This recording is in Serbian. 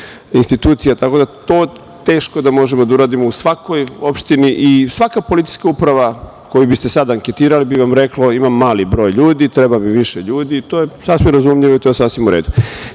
tako da to teško da možemo da uradimo u svakoj opštini. Svaka policijska uprava koju biste sad anketirali, bi vam rekla da ima mali broj ljudi, treba mi više ljudi. To je sasvim razumljivo i to je sasvim u redu. Nije